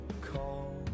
call